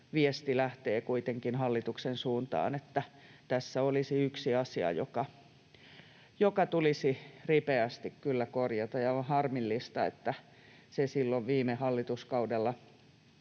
viesti lähtee kuitenkin hallituksen suuntaan, että tässä olisi yksi asia, joka tulisi ripeästi kyllä korjata, ja on harmillista, että se silloin viime hallituskaudella